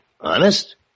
Honest